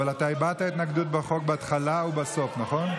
אבל אתה הבעת התנגדות לחוק בהתחלה ובסוף, נכון?